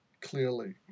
clearly